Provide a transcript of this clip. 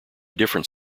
different